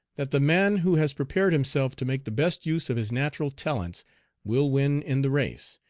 that the man who has prepared himself to make the best use of his natural talents will win in the race,